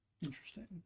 Interesting